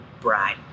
bride